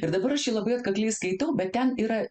ir dabar aš jį labai atkakliai skaitau bet ten yra